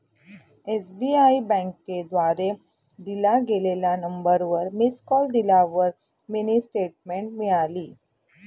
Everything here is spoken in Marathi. एस.बी.आई बँकेद्वारे दिल्या गेलेल्या नंबरवर मिस कॉल दिल्यावर मिनी स्टेटमेंट मिळाली